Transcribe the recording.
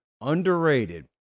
Underrated